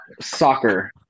soccer